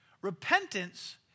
Repentance